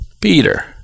Peter